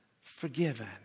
forgiven